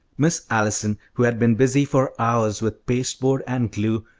miss allison, who had been busy for hours with pasteboard and glue,